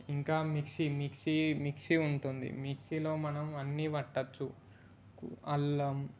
ఇంకా mixie mixie mixie ఉంటుంది మిక్సీలో మనం అన్నీ పెట్టొచ్చు అల్లం